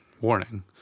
warning